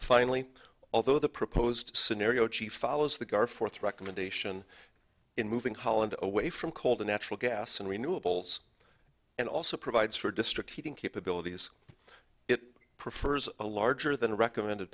finally although the proposed scenario chief follows the guard fourth recommendation in moving holland away from cold the natural gas and renewables and also provides for district heating capabilities it prefers a larger than recommended